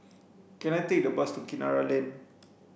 can I take a bus to Kinara Lane